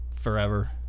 forever